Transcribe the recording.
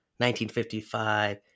1955